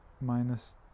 minus